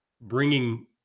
bringing